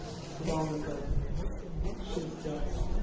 it's long ago she's dead.